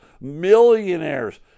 millionaires